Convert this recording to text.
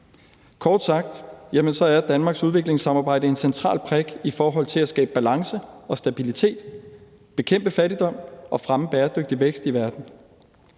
Kort sagt er Danmarks udviklingssamarbejde en central brik i forhold til at skabe balance og stabilitet, bekæmpe fattigdom og fremme bæredygtig vækst i verden.